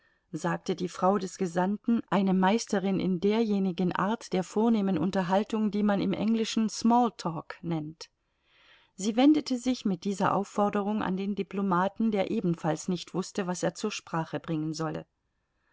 sagte die frau des gesandten eine meisterin in derjenigen art der vornehmen unterhaltung die man im englischen small talk nennt sie wendete sich mit dieser aufforderung an den diplomaten der ebenfalls nicht wußte was er zur sprache bringen solle